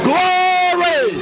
Glory